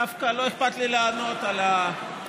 דווקא לא אכפת לי לענות על ההערה